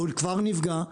או כבר יפגע,